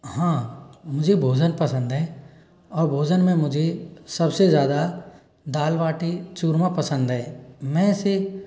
हाँ मुझे भोजन पसंद है और भोजन में मुझे सबसे ज़्यादा दाल बाटी चूरमा पसंद है मैं इसे